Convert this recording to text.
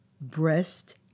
breast